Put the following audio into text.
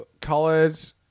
college